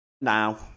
Now